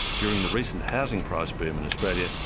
during the recent housing price boom in australia,